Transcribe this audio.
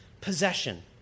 possession